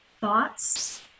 thoughts